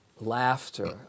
Laughter